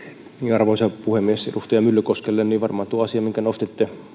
arvoisa puhemies edustaja myllykoskelle varmaan tuo asia minkä nostitte